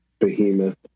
behemoth